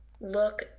look